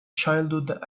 childhood